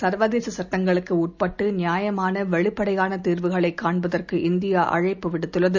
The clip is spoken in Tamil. சர்வதேசசட்டங்களுக்குஉட்பட்டுநியாயமான வெளிப்படையானதீர்வுகளைகாண்பதற்குஇந்தியாஅழைப்புவிடுத்துள்ளது